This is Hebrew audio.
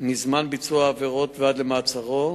מזמן ביצוע העבירות ועד למעצרו,